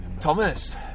Thomas